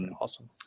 Awesome